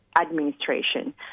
administration